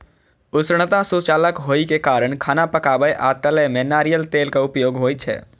उष्णता सुचालक होइ के कारण खाना पकाबै आ तलै मे नारियल तेलक उपयोग होइ छै